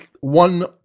one